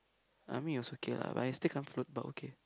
I mean it was okay lah but I still can't float but okay